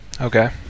Okay